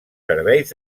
serveis